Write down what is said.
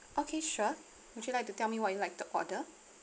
okay sure would you like to tell me what you'd like to order